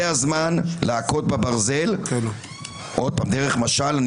זה הזמן להכות בברזל, עוד פעם, דרך משל.